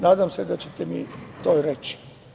Nadam se da ćete mi to i reći.